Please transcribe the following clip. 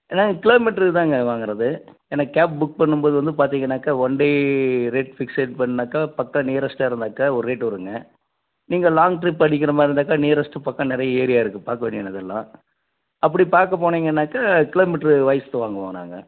என்னாங்க kilometre தாங்க வாங்கிறது எனக்கு கேப் புக் பண்ணும் போது வந்து பார்த்தீங்கன்னாக்க ஒன் டே ரேட் ஃபிக்ஸட் பண்ணிணாக்கா பக்கம் நியரஸ்ட்டாக இருந்தாக்கா ஒரு ரேட் வருங்க நீங்கள் லாங் ட்ரிப் அடிக்கிற மாதிரி இருந்தாக்கா நியரஸ்ட்டு பக்கம் நிறைய ஏரியா இருக்குது பார்க்க வேண்டியனது எல்லாம் அப்படி பார்க்க போனீங்கனாக்கா கிலோ மீட்ரு வைஸு வாங்குவோம் நாங்கள்